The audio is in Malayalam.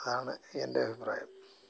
അതാണ് എൻ്റെ അഭിപ്രായം